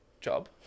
job